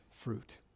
fruit